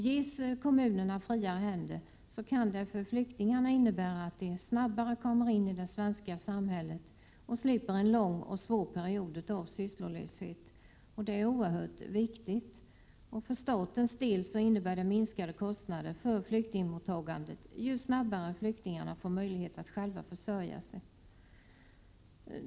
Ges kommunerna friare händer, så kan det för flyktingarna innebära att de snabbare kommer in i det svenska samhället och att de slipper en lång och svår period av sysslolöshet. Det är oerhört viktigt. För statens del innebär det minskade kostnader för flyktingmottagandet, ju snabbare flyktingarna får möjlighet att själva försörja sig.